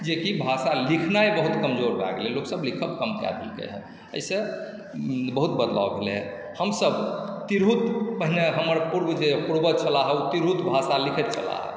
जेकि भाषा लिखनाइ बहुत कमजोर भए गेलै लोकसभ लिखब कम कए देलकै हेँ एहिसँ बहुत बदलाव भेलै हेँ हमसभ तिरहुत पहिने हमर पूर्व जे हमर पूर्वज छलाह हे तिरहुत भाषा लिखैत छलाहे